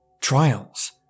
Trials